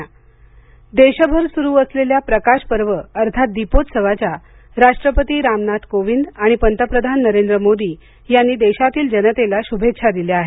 दिवाळी शुभेच्छा देशभर सुरु असलेल्या प्रकाशपर्व अर्थात दीपोत्सवाच्या राष्ट्रपती रामनाथ कोविंद आणि पंतप्रधान नरेंद्र मोदी यांनी देशातील जनतेला शूभेच्छा दिल्या आहेत